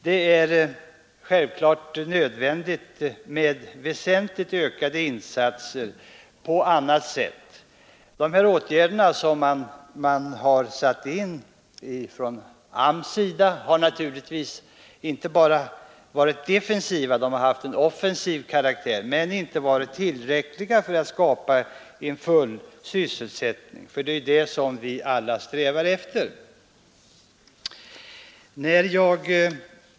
Det är självfallet nödvändigt med väsentligt ökade insatser på alla sätt. De åtgärder som har satts in från AMS:s sida har naturligtvis inte bara varit defensiva. De har haft en offensiv karaktär, men de har inte varit tillräckliga för att skapa en full sysselsättning — det som vi alla strävar efter.